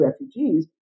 refugees